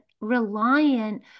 reliant